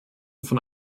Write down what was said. von